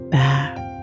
back